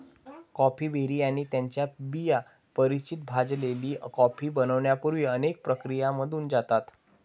coffee berry आणि त्यांच्या बिया परिचित भाजलेली कॉफी बनण्यापूर्वी अनेक प्रक्रियांमधून जातात